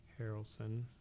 Harrelson